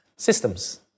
systems